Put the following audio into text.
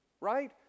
Right